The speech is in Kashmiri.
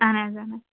اہَن حظ اہَن حظ